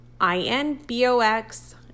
I-N-B-O-X